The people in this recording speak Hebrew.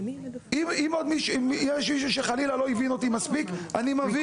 אם יש מישהו שחלילה לא הבין אותי מספיק אני מבין.